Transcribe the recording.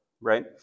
right